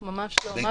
לא, ממש לא.